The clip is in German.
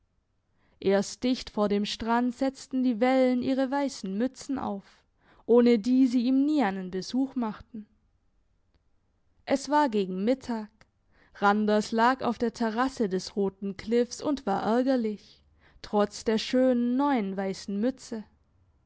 erst dicht vor dem strand setzten die wellen ihre weissen mützen auf ohne die sie ihm nie einen besuch machten es war gegen mittag randers lag auf der terrasse des roten kliffs und war ärgerlich trotz der schönen neuen weissen mütze